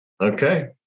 Okay